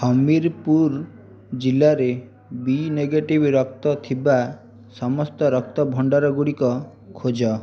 ହମୀରପୁର ଜିଲ୍ଲାରେ B negative ରକ୍ତ ଥିବା ସମସ୍ତ ରକ୍ତଭଣ୍ଡାର ଗୁଡ଼ିକ ଖୋଜ